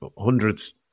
hundreds